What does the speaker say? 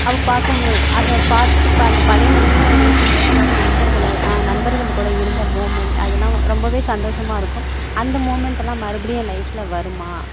அப்போ பார்க்கும் அதை பார்த்து அந்த பழைய நினைவுகளை நினைக்கும்போது என்னோட நண்பர்களை நண்பர்கள் கூட இருந்த மூமண்ட் அதெலாம் ரொம்பவே சந்தோஷமாக இருக்கும் அந்த மூமண்டெல்லாம் மறுபடி என் லைஃப்ல வருமா